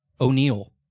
O'Neill